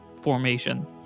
formation